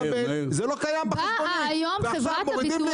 זה לא קיים בחשבונית ועכשיו מורידים לי